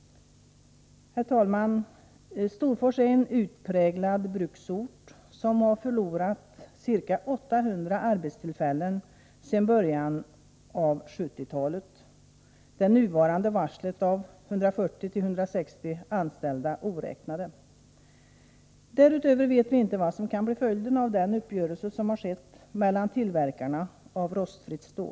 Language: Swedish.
Herr talman! Storfors är en utpräglad bruksort. Orten har förlorat ca 800 arbetstillfällen sedan början av 1970-talet — det senaste varslet om uppsägning av 140-160 anställda ej medräknat. Dessutom vet vi inte vad som kan bli följden av den uppgörelse som har skett mellan de olika tillverkarna av rostfritt stål.